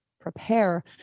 prepare